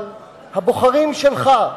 אבל הבוחרים שלך,